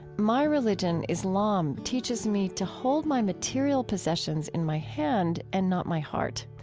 my religion, islam, teaches me to hold my material possessions in my hand and not my heart.